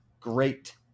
great